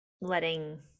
letting